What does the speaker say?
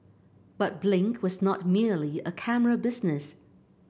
but Blink was not merely a camera business